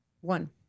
one